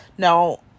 Now